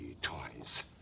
toys